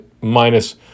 minus